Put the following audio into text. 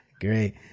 great